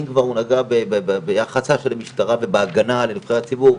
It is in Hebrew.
אם כבר הוא נגע ביחסה של המשטרה ובהגנה על נבחרי ציבור,